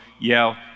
yell